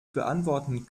beantworten